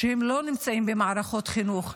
שהם לא נמצאים במערכות חינוך,